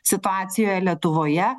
situacija lietuvoje